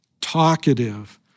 talkative